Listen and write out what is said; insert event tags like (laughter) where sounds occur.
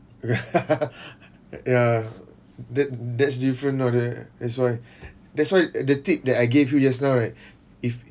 (laughs) (breath) ya that that's different know the that's why (breath) that's why the tip that I gave you just now right (breath) if